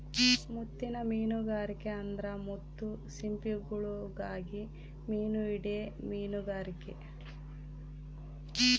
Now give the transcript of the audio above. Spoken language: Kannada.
ಮುತ್ತಿನ್ ಮೀನುಗಾರಿಕೆ ಅಂದ್ರ ಮುತ್ತು ಸಿಂಪಿಗುಳುಗಾಗಿ ಮೀನು ಹಿಡೇ ಮೀನುಗಾರಿಕೆ